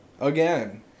again